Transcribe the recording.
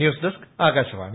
news desk Akashvani